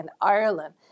Ireland